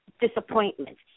disappointment